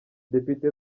depite